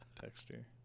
texture